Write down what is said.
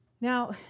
Now